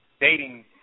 dating